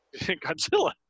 Godzilla